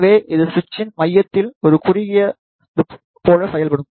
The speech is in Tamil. எனவே இது சுவிட்சின் மையத்தில் ஒரு குறுகியது போல செயல்படும்